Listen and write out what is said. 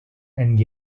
and